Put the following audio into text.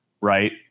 right